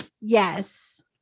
Yes